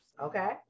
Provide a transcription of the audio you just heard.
okay